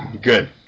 Good